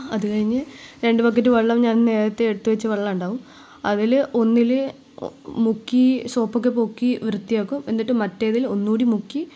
അത് കഴിഞ്ഞ് രണ്ട് ബക്കറ്റ് വെള്ളം ഞാൻ നേരത്തെ എടുത്ത് വെച്ച വെള്ളമുണ്ടാവും അതിൽ ഒന്നില് മുക്കി സോപ്പൊക്കെ പൊക്കി വൃത്തിയാക്കും എന്നിട്ട് മറ്റേതിൽ ഒന്നൂടെ മുക്കി